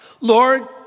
Lord